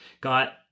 got